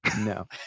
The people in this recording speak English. No